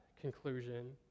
conclusion